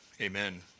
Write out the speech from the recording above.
amen